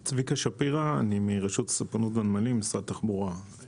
אני צביקה שפירא מרשות הספנות והנמלים במשרד התחבורה.